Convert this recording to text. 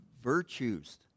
virtues